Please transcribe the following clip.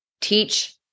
Teach